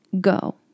go